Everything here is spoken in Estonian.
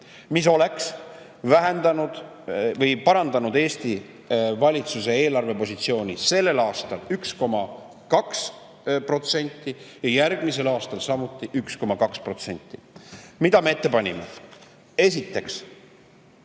mis oleks parandanud Eesti valitsuse eelarvepositsiooni sellel aastal 1,2% ja järgmisel aastal samuti 1,2%. Mida me ette panime? Esiteks,